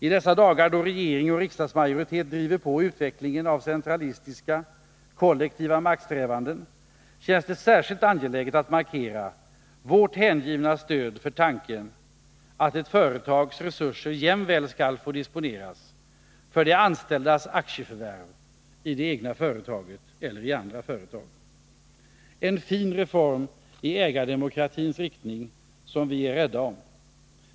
I dessa dagar, då regering och riksdagsmajoritet driver på utvecklingen av centralistiska, kollektiva maktsträvanden, känns det särskilt angeläget att markera vårt hängivna stöd för tanken att ett företags resurser jämväl skall få disponeras för de anställdas aktieförvärv i det egna företaget eller i andra företag. Det är en fin reform i ägardemokratins riktning som vi är rädda om.